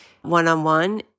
one-on-one